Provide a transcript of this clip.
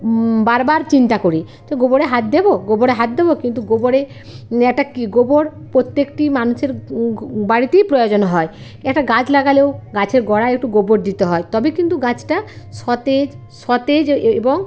বার বার চিন্তা করি তো গোবরে হাত দেব গোবরে হাত দেব কিন্তু গোবরে একটা কি গোবর প্রত্যেকটি মানুষের বাড়িতেই প্রয়োজন হয় একটা গাছ লাগালেও গাছের গোঁড়ায় একটু গোবর দিতে হয় তবে কিন্তু গাছটা সতেজ সতেজ এবং